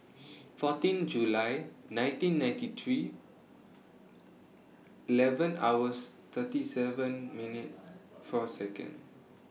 fourteen July nineteen ninety three eleven hours thirty seven minute four Second